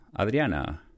Adriana